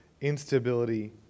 instability